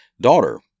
daughter